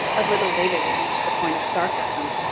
a little later they reach the point of sarcasm.